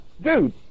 dude